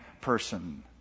person